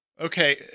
Okay